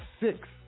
six